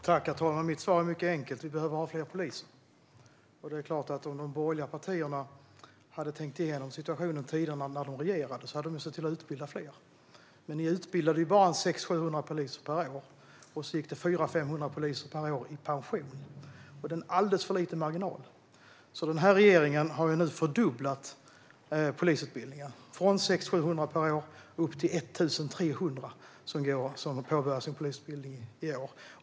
Herr talman! Mitt svar är mycket enkelt: Vi behöver fler poliser. Om de borgerliga partierna hade tänkt igenom situationen när de regerade hade de sett till att utbilda fler. Men ni utbildade bara 600-700 poliser per år medan det var 400-500 poliser per år som gick i pension. Det är en alldeles för liten marginal. Den här regeringen har nu fördubblat polisutbildningen. Från att ha varit 600-700 per år är det nu 1 300 som påbörjar sin polisutbildning i år.